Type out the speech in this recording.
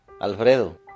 Alfredo